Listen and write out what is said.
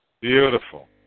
Beautiful